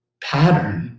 pattern